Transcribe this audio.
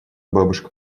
бабушка